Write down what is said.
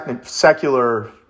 secular